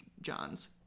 John's